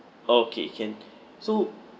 okay can so